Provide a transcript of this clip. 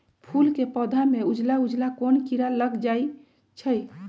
फूल के पौधा में उजला उजला कोन किरा लग जई छइ?